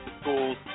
schools